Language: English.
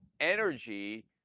energy